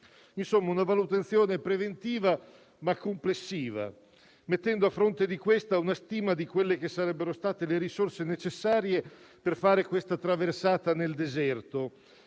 Insomma, una valutazione preventiva ma complessiva, mettendo a fronte di questa una stima di quelle che sarebbero state le risorse necessarie per fare questa traversata nel deserto,